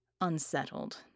unsettled